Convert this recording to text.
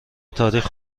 تاریخ